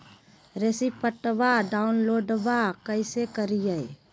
रेसिप्टबा डाउनलोडबा कैसे करिए?